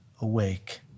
awake